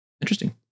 Interesting